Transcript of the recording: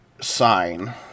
sign